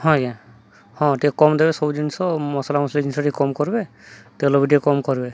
ହଁ ଆଜ୍ଞା ହଁ ଟିକେ କମ୍ ଦେବେ ସବୁ ଜିନିଷ ମସଲା ମସଲି ଜିନିଷ ଟିକେ କମ୍ କରିବେ ତେଲ ବି ଟିକେ କମ୍ କରିବେ